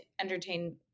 entertain